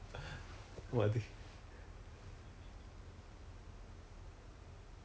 ah so at at at one shot like coun~ combo lor so after D_COM 一完 right